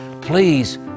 Please